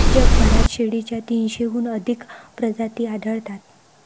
जगभरात शेळीच्या तीनशेहून अधिक प्रजाती आढळतात